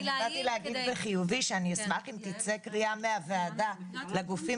התכוונתי להגיד באופן חיובי אם תצא קריאה מהוועדה לגופים